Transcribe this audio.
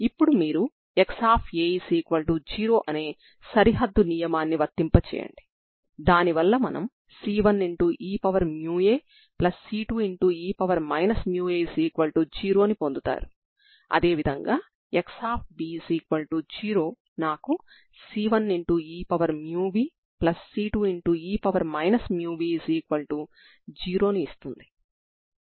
కాబట్టి మీరు Xx λXx0 ని పరిగణలోకి తీసుకుంటే x యొక్క డొమైన్ 0 x L అవుతుంది సరేనా